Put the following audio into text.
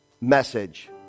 message